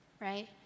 Right